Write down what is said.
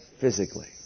physically